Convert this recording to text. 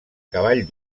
cavall